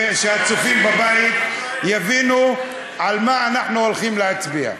ושהצופים בבית יבינו על מה אנחנו הולכים להצביע.